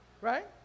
Right